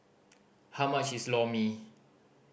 how much is Lor Mee